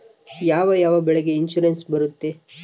ಯಾವ ಯಾವ ಬೆಳೆಗೆ ಇನ್ಸುರೆನ್ಸ್ ಬರುತ್ತೆ?